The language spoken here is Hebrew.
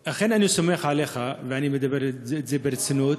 אכן, אני סומך עליך, ואני אומר את זה ברצינות,